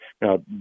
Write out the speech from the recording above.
Now